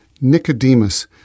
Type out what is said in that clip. Nicodemus